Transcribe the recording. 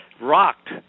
rocked